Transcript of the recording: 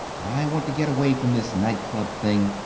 i want to get away from this night-club thing.